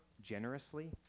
generously